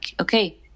okay